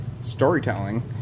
storytelling